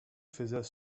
faisaient